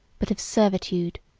but of servitude